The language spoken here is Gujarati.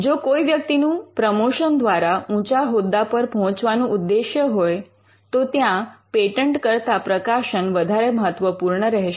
જો કોઈ વ્યક્તિનું પ્રમોશન દ્વારા ઊંચા હોદ્દા પર પહોંચવાનું ઉદ્દેશ હોય તો ત્યાં પેટન્ટ કરતા પ્રકાશન વધારે મહત્વપૂર્ણ રહેશે